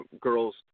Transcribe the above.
girls